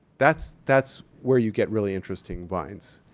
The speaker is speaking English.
that's that's where you get really interesting vines.